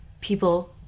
people